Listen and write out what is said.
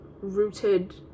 rooted